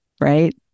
right